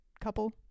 couple